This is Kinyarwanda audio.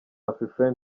afrifame